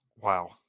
Wow